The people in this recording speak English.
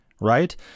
right